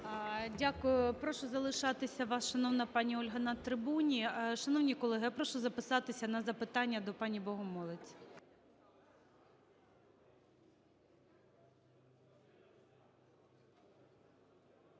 Дякую. Прошу залишатися вас, шановна пані Ольго, на трибуні. Шановні колеги, я прошу записатися на запитання до пані Богомолець.